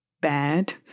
bad